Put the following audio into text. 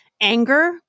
anger